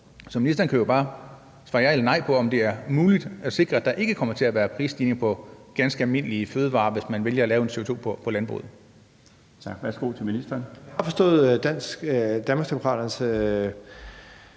Så ministeren kan jo bare svare ja eller nej på, om det er muligt at sikre, at der ikke kommer til at være prisstigninger på ganske almindelige fødevarer, hvis man vælger at lave en CO2-afgift på landbruget.